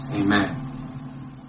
Amen